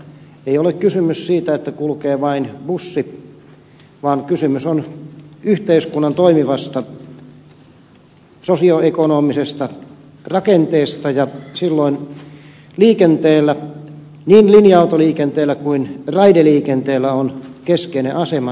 ei ole kysymys siitä että kulkee vain bussi vaan kysymys on yhteiskunnan toimivasta sosioekonomisesta rakenteesta ja silloin liikenteellä niin linja autoliikenteellä kuin raideliikenteelläkin on keskeinen asemansa